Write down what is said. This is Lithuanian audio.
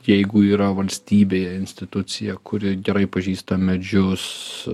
jeigu yra valstybėje institucija kuri gerai pažįsta medžius